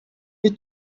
you